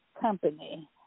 company